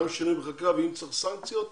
גם שינוי בחקיקה ואם צריך סנקציות,